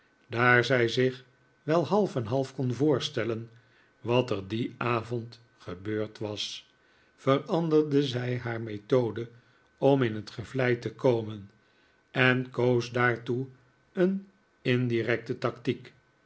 daar zij zich wel half en half kon voorstellen wat er dien avond gebeurd was veranderde zij haar methode om in t gevlij te komen en koos daartoe een indirecte tactiek